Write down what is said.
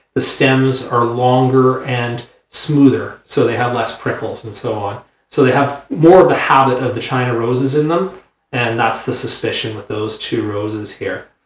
the stems are longer and smoother so they have less prickles and so so they have more of the habit of the china roses in them and that's the suspicion with those two roses here.